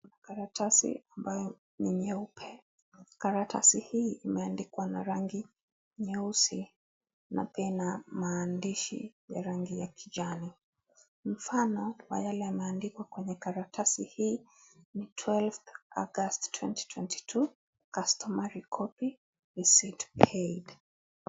Kalatasi ambayo ni nyeupe . Kalatasi hii imeandikwa na rangi nyeusi na pia ina maandishi ya rangi ya kijani. Mfano wa yale maandiko kwenye kalatasi hii,12/08/2022, customary copy, receipt payed .